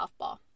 softball